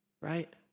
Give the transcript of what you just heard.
right